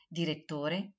direttore